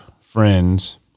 friends